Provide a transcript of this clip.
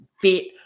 fit